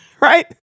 Right